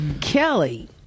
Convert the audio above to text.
Kelly